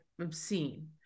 obscene